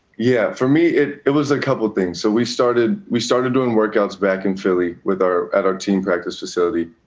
yeah. for me, it it was a couple things. so, we started we started doing workouts back in philly with our at our team practice facility.